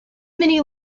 many